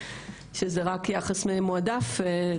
יחס מועדף.